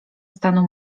stanu